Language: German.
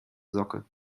socke